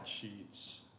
sheets